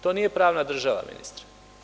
To nije pravna država, ministre.